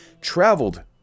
traveled